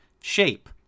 Shape